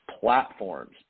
platforms